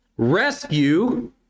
rescue